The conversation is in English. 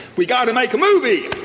we got to make a movie!